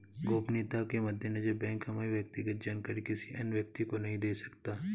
गोपनीयता के मद्देनजर बैंक हमारी व्यक्तिगत जानकारी किसी अन्य व्यक्ति को नहीं दे सकता